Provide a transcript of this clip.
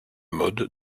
mode